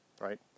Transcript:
right